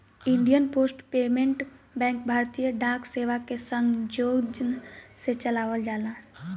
Indian post payment bank भारतीय डाक सेवा के सौजन्य से चलावल जाला